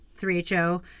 3HO